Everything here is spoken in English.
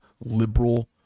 liberal